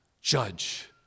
judge